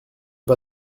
pas